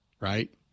right